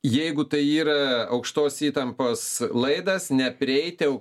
jeigu tai yra aukštos įtampos laidas neprieiti